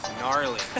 gnarly